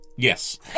Yes